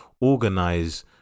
organize